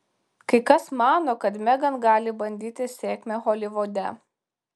kai kas mano kad megan gali bandyti sėkmę holivude